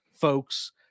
folks